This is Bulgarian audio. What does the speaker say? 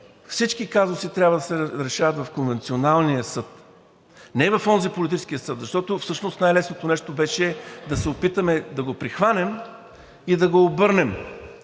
…всички казуси трябва да се решават в конвенционалния съд, не в онзи, политическия съд. Защото всъщност най-лесното беше да се опитаме да го прихванем и да го обърнем